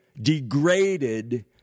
degraded